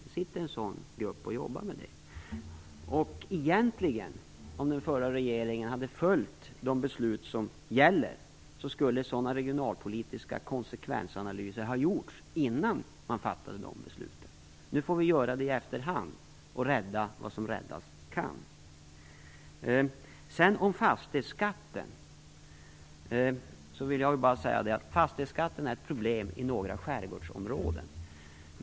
Det finns en sådan grupp som arbetar med detta. Om den förra regeringen hade följt de beslut som gäller skulle sådana regionalpolitiska konsekvensanalyser egentligen ha gjorts innan man fattade dessa beslut. Nu får vi göra detta i efterhand och rädda vad som räddas kan. Fastighetsskatten är ett problem i några skärgårdsområden.